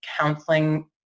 counseling